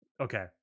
Okay